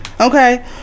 Okay